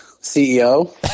CEO